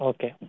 Okay